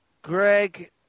Greg